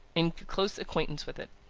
into close acquaintance with it.